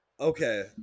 okay